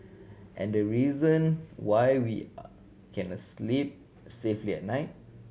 and the reason why we can asleep safely at night